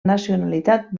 nacionalitat